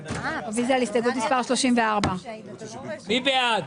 רוויזיה על הסתייגות מס' 1. מי בעד,